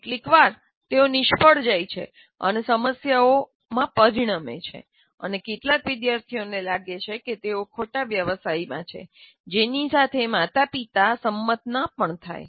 કેટલીકવાર તેઓ નિષ્ફળ જાય છે અને સમસ્યાઓમાં પરિણમે છે અને કેટલાક વિદ્યાર્થીઓને લાગે છે કે તેઓ ખોટા વ્યવસાયમાં છે જેની સાથે માતાપિતા સંમત ન થાય